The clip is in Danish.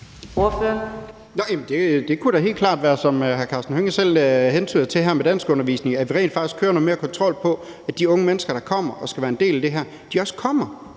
Det kunne da helt klart være det, som hr. Karsten Hønge selv hentyder til her, med danskundervisning, altså at vi rent faktisk kører noget mere kontrol på, at de unge mennesker, der kommer og skal være en del af det her, også kommer